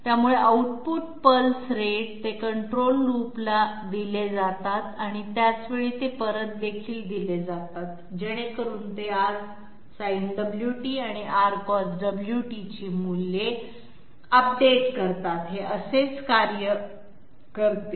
त्यामुळे output pulse rate ते control लूपला दिले जातात त्याच वेळी ते परत देखील दिले जातात जेणेकरुन ते RSinωt आणि R Cosωt ची मूल्ये अपडेट करतात हे असेच कार्य करते